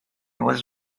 was